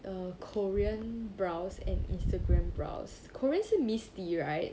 err korean brows and instagram brows koreans 是 misty right